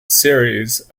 series